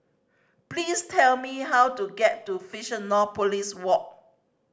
please tell me how to get to Fusionopolis Walk